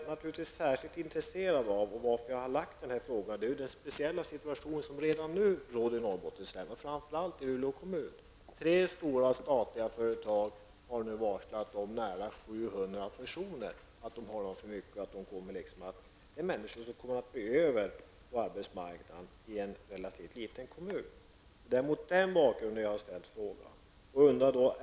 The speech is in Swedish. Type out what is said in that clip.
Vad jag är särskilt intresserad av -- det är anledningen till att jag har ställt den här frågan -- är den speciella situation som redan nu råder i Norrbottens län, och framför allt i Luleå kommun. Tre stora statliga företag har nu varslat nära 700 personer om att de har för mycket personal. Det är människor som kommer att bli över på arbetsmarknaden i en relativt liten kommun. Det är mot den bakgrunden jag har ställt frågan.